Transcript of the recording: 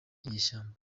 inyeshyamba